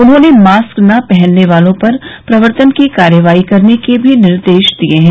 उन्होंने मास्क न पहनने वालों पर प्रवर्तन की कार्रवाई करने के निर्देश भी दिये हैं